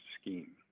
scheme